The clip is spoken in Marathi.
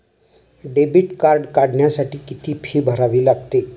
डेबिट कार्ड काढण्यासाठी किती फी भरावी लागते?